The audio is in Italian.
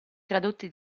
tradotti